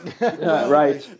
Right